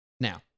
Now